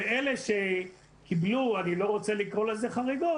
ואלה שקיבלו אני לא רוצה לקרוא לזה חריגות